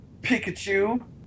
Pikachu